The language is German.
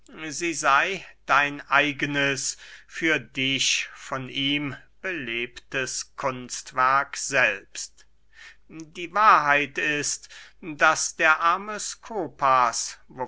sie sey dein eigenes für dich von ihm belebtes kunstwerk selbst die wahrheit ist daß der arme skopas